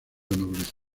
nobleza